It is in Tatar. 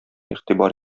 игътибар